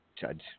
Judge